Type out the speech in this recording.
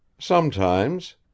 Sometimes